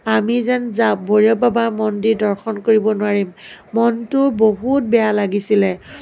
আমি যেন ভৈৰৱ বাবাৰ মন্দিৰ দৰ্শন কৰিব নোৱাৰিম মনটো বহুত বেয়া লাগিছিলে